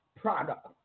product